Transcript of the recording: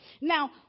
Now